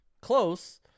Close